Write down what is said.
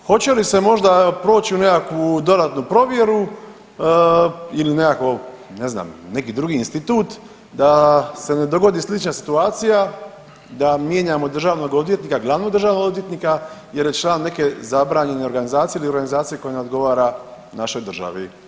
Hoće li se možda proći u nekakvu dodatnu provjeru ili nekakvo ne znam neki drugi institut da se ne dogodi slična situacija da mijenjamo državnog odvjetnika, glavnog državnog odvjetnika jer je član neke zabranjene organizacije ili organizacije koja ne odgovara našoj državi?